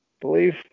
believe